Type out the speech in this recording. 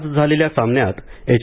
आज झालेल्या सामन्यात एच